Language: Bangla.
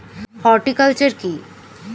হর্টিকালচার কি?